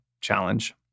challenge